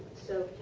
so,